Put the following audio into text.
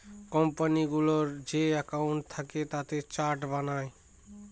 কোম্পানিগুলোর যে একাউন্ট থাকে তাতে চার্ট বানায়